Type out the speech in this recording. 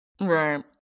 Right